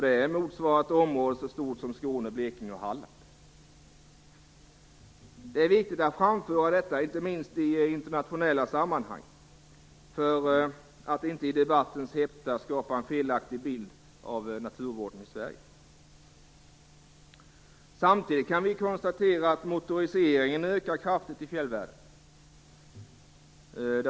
Det motsvarar ett område stort som Skåne, Blekinge och Halland. Det är viktigt att framföra detta - inte minst i internationella sammanhang för att inte i debattens hetta skapa en felaktig bild av naturvården i Sverige. Samtidigt kan vi konstatera att motoriseringen ökar kraftigt i fjällvärlden.